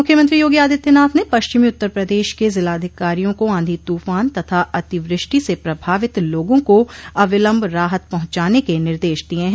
मुख्यमंत्री योगी आदित्यनाथ ने पश्चिमी उत्तर प्रदेश के जिलाधिकारियों को आंधी तूफान तथा अतिवृष्टि से प्रभावित लोगों को अविलम्ब राहत पहुचाने के निर्देश दिये है